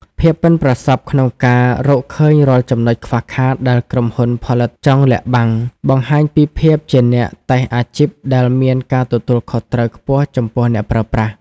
ភាពប៉ិនប្រសប់ក្នុងការរកឃើញរាល់ចំណុចខ្វះខាតដែលក្រុមហ៊ុនផលិតចង់លាក់បាំង បង្ហាញពីភាពជាអ្នកតេស្តអាជីពដែលមានការទទួលខុសត្រូវខ្ពស់ចំពោះអ្នកប្រើប្រាស់។